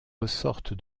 ressortent